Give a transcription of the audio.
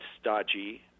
stodgy